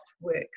works